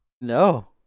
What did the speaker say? No